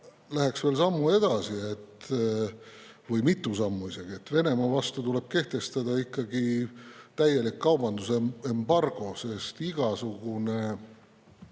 läheksin veel sammu edasi või mitu sammu isegi: Venemaa vastu tuleb kehtestada täielik kaubandusembargo, sest igasugune